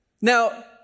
Now